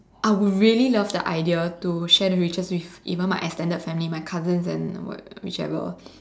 I would really love the idea to share the riches with even my extended family my cousins and whichever